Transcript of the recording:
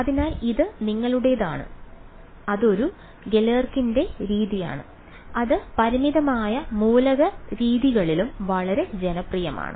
അതിനാൽ അത് നിങ്ങളുടേതാണ് അതൊരു ഗലേർകിന്റെ Galerkin's രീതിയാണ് അത് പരിമിതമായ മൂലക രീതികളിലും വളരെ ജനപ്രിയമാണ്